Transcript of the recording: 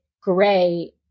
gray